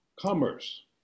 commerce